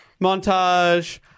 Montage